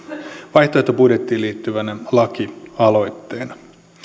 vaihtoehtobudjettiin liittyvänä lakialoitteena